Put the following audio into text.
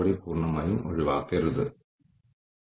തുടർന്ന് തൊഴിൽ സേനയുടെ പ്രൊഫൈൽ ജോലി സൃഷ്ടിക്കൽ ഏറ്റെടുക്കൽ